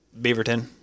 Beaverton